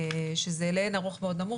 שזה לאין ערוך מאוד נמוך,